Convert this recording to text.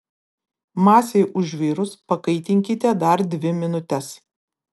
masei užvirus pakaitinkite dar dvi minutes